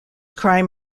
crime